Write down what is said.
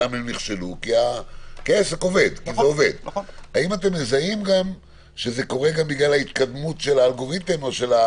כי העסק עובד האם אתם מזהים גם שזה קורה בגלל ההתקדמות של הטכנולוגיה,